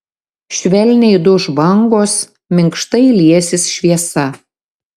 švelniai duš bangos minkštai liesis šviesa